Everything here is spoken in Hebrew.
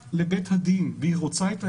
נענתה לדרישות ולתנאים או מבטלים את צו